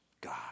God